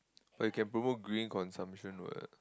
or you can promote green consumption what